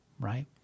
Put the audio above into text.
right